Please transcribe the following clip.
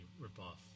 ripoff